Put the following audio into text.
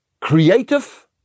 creative